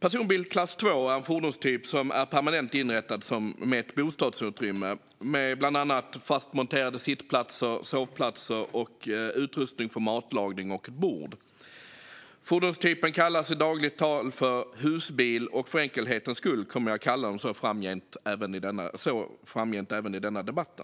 Personbil klass II är en fordonstyp som är permanent inrättad med ett bostadsutrymme med bland annat fast monterade sittplatser, sovplatser, bord och utrustning för matlagning. Fordonstypen kallas i dagligt tal för husbil, och för enkelhetens skull kommer jag att kalla den så också i denna debatt.